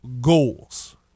goals